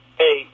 hey